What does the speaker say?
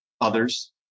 others